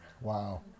Wow